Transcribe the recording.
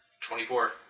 Twenty-four